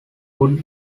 would